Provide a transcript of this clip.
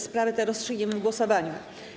Sprawę tę rozstrzygniemy w głosowaniu.